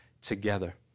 together